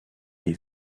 des